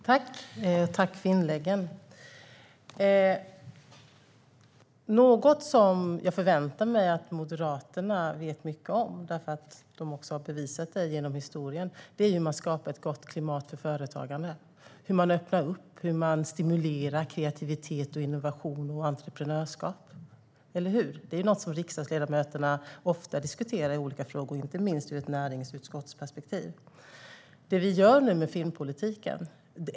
Herr talman! Tack för inläggen! Något som jag förväntar mig att Moderaterna vet mycket om, eftersom de har visat det genom historien, är hur man skapar ett gott klimat för företagande, hur man öppnar upp, hur man stimulerar kreativitet, innovationer och entreprenörskap. Det är något som riksdagsledamöterna ofta diskuterar, inte minst från ett näringspolitiskt perspektiv.